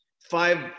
five